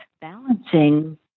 balancing